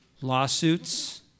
lawsuits